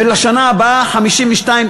ולשנה הבאה 52,